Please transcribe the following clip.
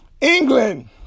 England